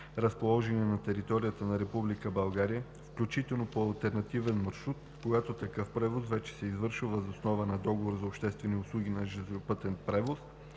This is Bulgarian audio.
разположени на територията на Република България, включително по алтернативен маршрут, когато такъв превоз вече се извършва въз основа на договор за обществени услуги за железопътен превоз